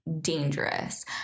dangerous